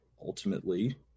ultimately